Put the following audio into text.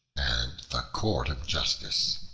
and the court of justice